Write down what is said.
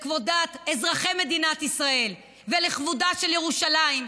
כבודם של אזרחי מדינת ישראל וכבודה של ירושלים,